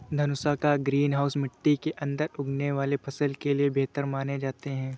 धनुषाकार greenhouse मिट्टी के अंदर उगने वाले फसल के लिए बेहतर माने जाते हैं